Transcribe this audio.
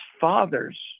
father's